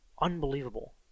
unbelievable